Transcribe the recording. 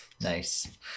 Nice